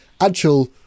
actual